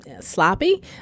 sloppy